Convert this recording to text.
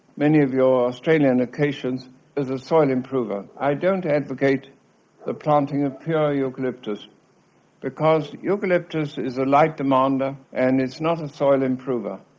many of your australian acacias is a soil improver. i don't advocate the planting of pure eucalyptus because eucalyptus is a light demander and it's not a soil improver.